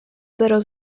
zero